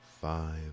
five